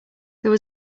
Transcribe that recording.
there